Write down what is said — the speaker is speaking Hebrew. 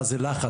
מה זה לחץ,